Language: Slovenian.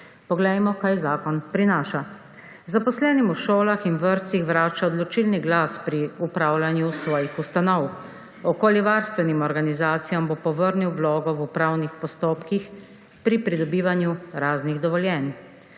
Poglejmo kaj zakon prinaša. Zaposlenim v šolah in vrtcih vrača odločilni glas pri upravljanju svojih ustanov. Okoljevarstvenim organizacijam bo povrnil vlogo v upravnih postopkih pri pridobivanju raznih dovoljenj.